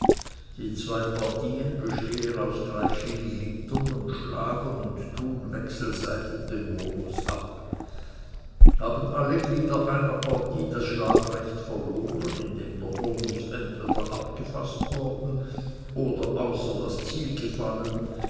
die zwei partien bestehen aus gleich viel gliedern und schlagen und tun wechselseitig den hurnuß ab haben alle glieder einer partie das schlagrecht verloren indem der hurnuß entweder abgefaßt worden oder außer das ziel gefallen